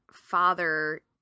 father